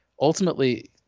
ultimately